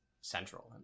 central